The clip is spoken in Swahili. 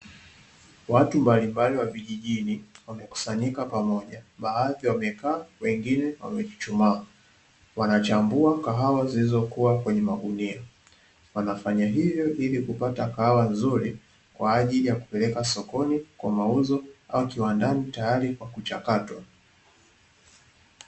Watu mbalimbali wa vijijini wamekusanyika pamoja baadhi wamekaa wengine wamechuchumaa, wanachambua kahawa zilizokuwa kwenye magunia. Wanafanya hivyo ili kupata kahawa nzuri kwa ajili ya kupeleka sokoni kwa mauzo au kiwandani tayari kwa kuchakatwa.